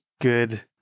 good